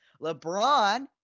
LeBron